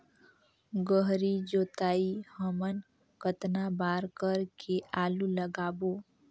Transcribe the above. गहरी जोताई हमन कतना बार कर के आलू लगाबो?